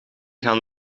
gaan